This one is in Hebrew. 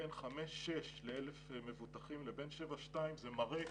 בין 6-5 ל-1,000 מבוטחים לבין 2-7 זה מראה